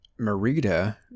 Marita